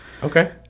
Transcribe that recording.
Okay